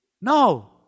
No